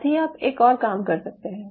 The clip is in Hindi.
साथ ही आप एक और काम कर सकते हैं